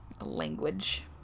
language